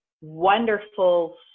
wonderful